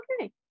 okay